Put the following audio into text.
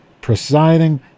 presiding